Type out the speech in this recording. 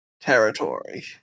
Territory